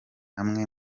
amwe